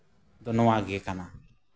ᱫᱚ ᱱᱚᱣᱟ ᱜᱮ ᱠᱟᱱᱟ